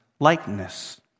likeness